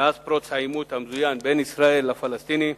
מאז פרוץ העימות המזוין בין ישראל לפלסטינים,